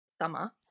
summer